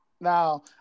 Now